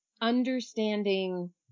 understanding